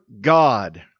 God